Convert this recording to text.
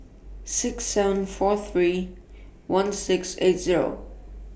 six seven four three one six eight Zero